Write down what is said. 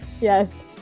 Yes